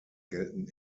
gelten